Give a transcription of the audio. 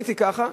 עליתי ככה,